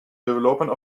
development